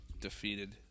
defeated